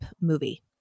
movie